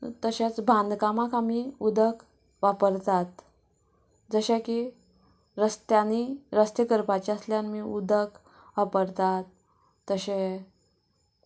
तशेंच बांदकामाक आमी उदक वापरतात जशें की रस्त्यांनी रस्ते करपाचे आसल्यार उदक वापरतात तशें